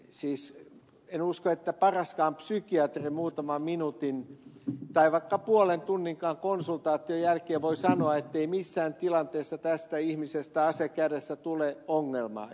siis en usko että paraskaan psykiatri muutaman minuutin tai vaikka puolen tunninkaan konsultaation jälkeen voi sanoa ettei missään tilanteessa tästä ihmisestä ase kädessä tule ongelmaa